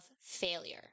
failure